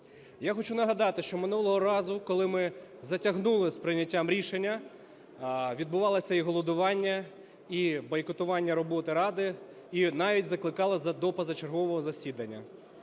Я хочу нагадати, що минулого разу, коли ми затягнули з прийняттям рішення, відбувалося і голодування, і бойкотування роботи Ради, і навіть закликали до позачергового засідання.